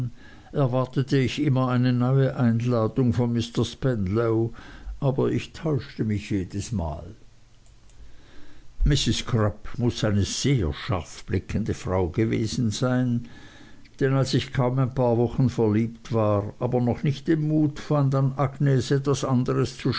erwartete ich immer eine neue einladung von mr spenlow aber ich täuschte mich jedesmal mrs crupp muß eine sehr scharfblickende frau gewesen sein denn als ich kaum ein paar wochen verliebt war aber noch nicht den mut fand an agnes etwas anderes